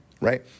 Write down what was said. right